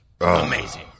Amazing